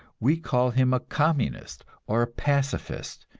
we call him a communist or a pacifist,